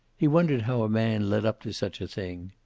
he wondered how a man led up to such a thing.